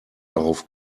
darauf